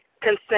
consent